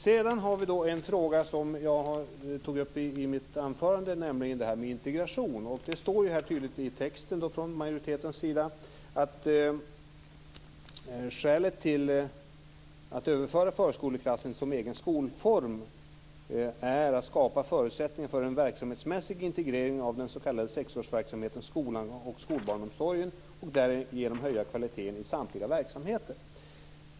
Sedan har vi en fråga som jag tog upp i mitt anförande, nämligen detta med integration. Det står tydligt i majoritetstexten att skälet till att införa förskoleklassen som egen skolform är att skapa förutsättningar för en verksamhetsmässig integrering av den s.k. sexårsverksamheten, skolan och skolbarnsomsorgen och därigenom höja kvaliteten i samtliga verksamheter.